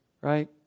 right